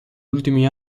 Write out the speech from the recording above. ultimi